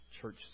church